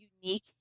unique